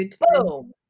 Boom